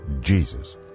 Jesus